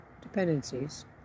dependencies